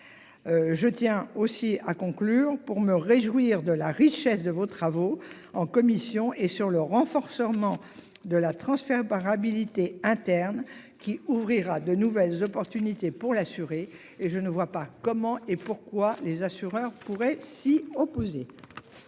Je tiens aussi à conclure pour me réjouir de la richesse de vos travaux en commission et sur le renforcement de la transférer par habilité interne qui ouvrira de nouvelles opportunités pour l'assurer et je ne vois pas comment et pourquoi les assureurs pourraient s'y opposer.